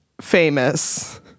famous